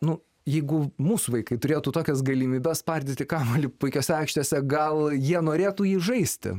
nu jeigu mūsų vaikai turėtų tokias galimybes spardyti kamuolį puikiose aikštėse gal jie norėtų jį žaisti